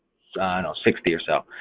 ah know sixty or so.